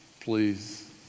please